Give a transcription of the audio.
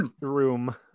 room